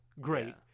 Great